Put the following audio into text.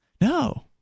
No